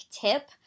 tip